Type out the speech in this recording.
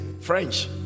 French